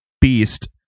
beast